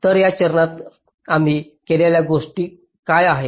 तर या चरणात आम्ही केलेल्या गोष्टी काय आहेत